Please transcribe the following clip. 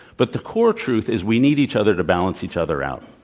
but the core truth is we need each other to balance each other out.